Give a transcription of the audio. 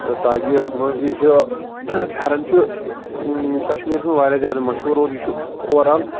تاکہِ یہِ چھُ پھٮ۪رَن چھُ کَشمیٖرَس منٛز واریاہ زیادٕ مشہوٗر اور یہِ چھُ اوٚوَرآل